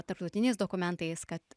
tarptautiniais dokumentais kad